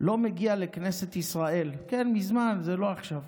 לא מגיע לכנסת ישראל, כן, מזמן, זה לא עכשיו,